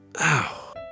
Ow